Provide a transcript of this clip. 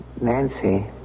nancy